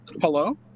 Hello